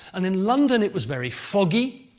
and in london, it was very foggy,